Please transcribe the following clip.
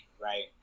Right